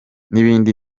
n’ibindi